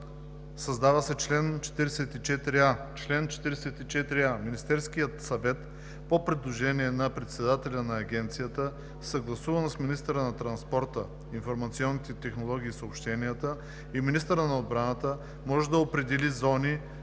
създава се чл. 44а: „Чл. 44а. Министерският съвет по предложение на председателя на агенцията, съгласувано с министъра на транспорта, информационните технологии и съобщенията и министъра на отбраната, може да определи зони